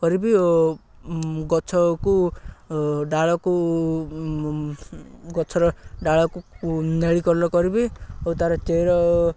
କରିବି ଓ ଗଛକୁ ଡାଳକୁ ଗଛର ଡାଳକୁ ନେଳି କଲର୍ କରିବି ଓ ତା'ର ଚେର